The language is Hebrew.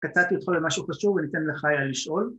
‫קטעתי אותך במשהו חשוב ‫ואני אתן לך לשאול.